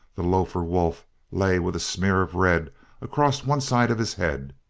the lofer wolf lay with a smear of red across one side of his head.